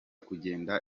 kugenda